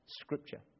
Scripture